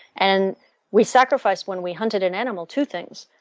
and we sacrifice when we hunted an animal, two things,